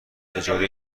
اجاره